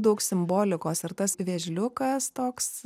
daug simbolikos ir tas vėžliukas toks